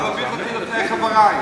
את מביך אותי בפני חברי.